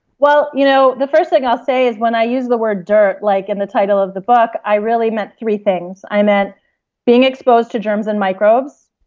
you know the first thing i'll say is when i use the word dirt like in the title of the book, i really meant three things. i meant being exposed to germs and microbes,